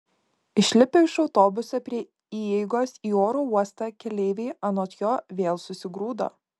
išlipę iš autobuso prie įeigos į oro uostą keleiviai anot jo vėl susigrūdo